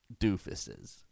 doofuses